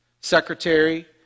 Secretary